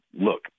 look